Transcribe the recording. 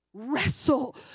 wrestle